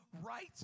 right